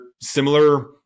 similar